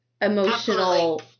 emotional